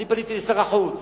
פניתי לשר החוץ